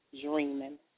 dreaming